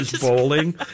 bowling